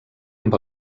amb